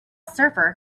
surfer